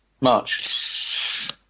March